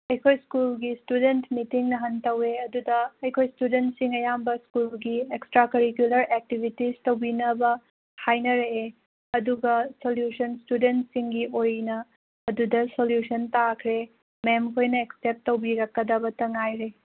ꯑꯩꯈꯣꯏ ꯁ꯭ꯀꯨꯜꯒꯤ student meeting ꯅꯍꯥꯟ ꯇꯧꯑꯦ ꯑꯗꯨꯗ ꯑꯩꯈꯣꯏ ꯁ꯭ꯇꯨꯗꯦꯟꯠꯁꯤꯡ ꯑꯌꯥꯝꯕ ꯁ꯭ꯀꯨꯜꯒꯤ ꯑꯦꯛꯁꯇ꯭ꯔꯥ ꯀꯔꯤꯀꯨꯂꯔ ꯑꯦꯛꯇꯤꯕꯤꯇꯤꯁ ꯇꯧꯕꯤꯅꯕ ꯍꯥꯏꯅꯔꯛꯑꯦ ꯑꯗꯨꯒ ꯁꯣꯂ꯭ꯌꯨꯁꯟ ꯁ꯭ꯇꯨꯗꯦꯟꯠꯁꯤꯡꯒꯤ ꯑꯣꯏꯅ ꯑꯗꯨꯗ ꯁꯣꯂ꯭ꯌꯨꯁꯟ ꯇꯥꯈ꯭ꯔꯦ ꯃꯦꯝ ꯈꯣꯏꯅ ꯑꯦꯛꯁꯦꯞ ꯇꯧꯕꯤꯔꯛꯀꯗꯕꯇ ꯉꯥꯏꯔꯦ